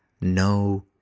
no